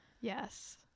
Yes